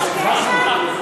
קשקשת?